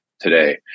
today